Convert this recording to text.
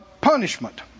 punishment